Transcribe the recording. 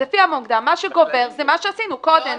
אז לפי המוקדם מה שגובר זה מה שעשינו קודם.